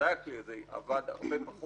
בוודאי שהכלי הזה עבד הרבה פחות,